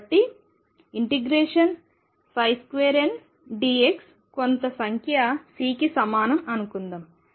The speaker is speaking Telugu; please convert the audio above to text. కాబట్టి n2dx కొంత సంఖ్య Cకి సమానం అనుకుందాం